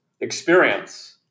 experience